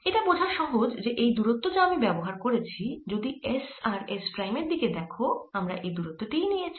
এটা বোঝা সহজ যে এই দূরত্ব যা আমি ব্যবহার করেছি যদি s আর s প্রাইম এর দিকে দেখো আমরা এই দূরত্ব টিই নিয়েছি